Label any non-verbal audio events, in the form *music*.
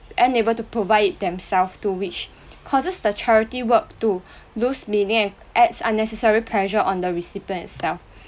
unable to provide it themself to which causes the charity work to lose *breath* meaning and adds unnecessary pressure on the recipient itself